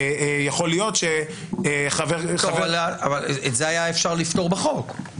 את זה היה אפשר לפתור בחוק.